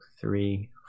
three